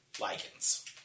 lichens